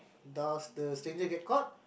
does the steadier get court